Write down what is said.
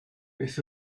beth